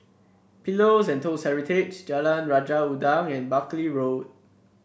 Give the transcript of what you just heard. Pillows and Toast Heritage Jalan Raja Udang and Buckley Road